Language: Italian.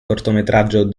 cortometraggio